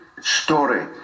story